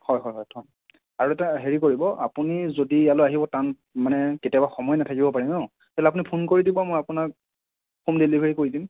হয় হয় হয় থ'ম আৰু এটা হেৰি কৰিব আপুনি যদি ইয়ালৈ আহিব টান মানে কেতিয়াবা সময় নাথাকিব পাৰে ন তেতিয়াহ'লে আপুনি ফোন কৰি দিব মই আপোনাক হোম ডেলিভাৰী কৰি দিম